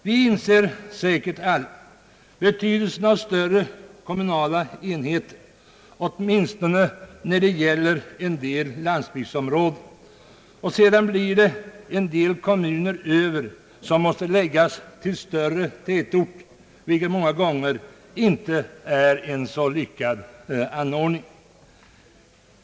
Vi inser säkert alla betydelsen av större kommunala enheter, åtminstone när det gäller en del landsbygdsområden. Det blir dock en del kommuner över som måste läggas till större tätorter, vilket många gånger inte är en så lyckad anordning.